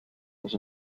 has